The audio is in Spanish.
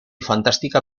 fantástica